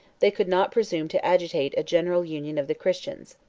they could not presume to agitate a general union of the christians.